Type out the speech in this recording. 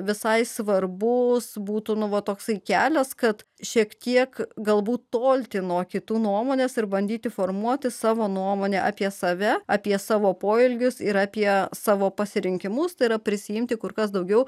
visai svarbus būtų nu va toksai kelias kad šiek tiek galbūt tolti nuo kitų nuomones ir bandyti formuoti savo nuomonę apie save apie savo poelgius ir apie savo pasirinkimus tai yra prisiimti kur kas daugiau